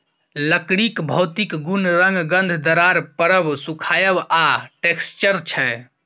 लकड़ीक भौतिक गुण रंग, गंध, दरार परब, सुखाएब आ टैक्सचर छै